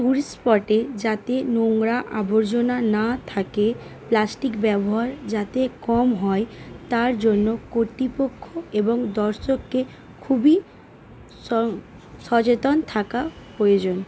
tourist স্পটে যাতে নোংরা আবর্জনা না থাকে প্লাস্টিক ব্যবহার যাতে কম হয় তার জন্য কর্তৃপক্ষ এবং দর্শককে খুবই স সচেতন থাকা প্রয়োজন